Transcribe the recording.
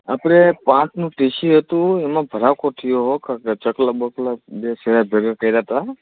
આપણે પાંચનુ T C હતું એમાં ભડાકો થયો છે કારણ કે ચકલા બકલા બે છેડાં ભેગા કર્યા હતા